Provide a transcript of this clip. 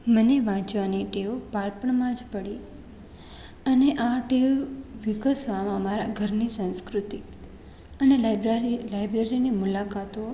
મને વાંચવાની ટેવ બાળપણમાં જ પડી અને આ ટેવ વિકસવામાં મારા ઘરની સંસ્કૃતિ અને બજા લાઇબ્રેરીની મુલાકાતો